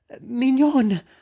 Mignon